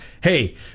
hey